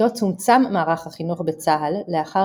בתקופתו צומצם מערך החינוך בצה"ל לאחר